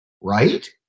right